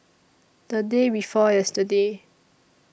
The Day before yesterday